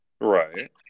Right